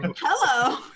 hello